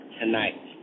tonight